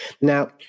Now